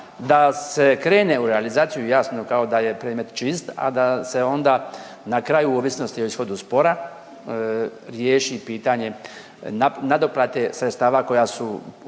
da se krene u realizaciju jasno kao da je predmet čist, a da se onda na kraju ovisnosti o ishodu spora riješi pitanje nadoplate sredstava koja su za